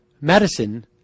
medicine